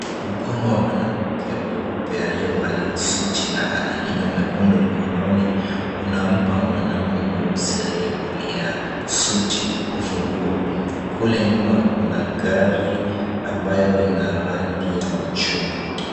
Mkono wa mwanamke mweupe aliyevalia suti na ana hina mwekundu mkononi unampa mwanaume mweusi aliyevalia suti ufunguo. Kule nyuma kuna gari ambayo ina rangi ya machungwa.